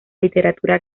literatura